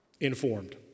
Informed